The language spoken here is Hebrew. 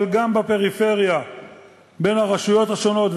אבל גם בפריפריה בין הרשויות השונות,